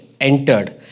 entered